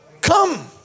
Come